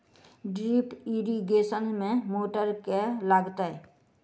Drip irrigation मे motor केँ लागतै?